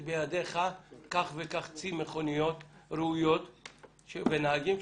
בידיך כך וכך צי של מכוניות ראויות ונהגים.